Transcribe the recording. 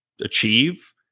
achieve